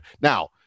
Now